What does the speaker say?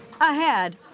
Ahead